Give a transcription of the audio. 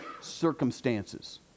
circumstances